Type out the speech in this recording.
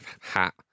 hat